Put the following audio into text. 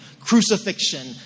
crucifixion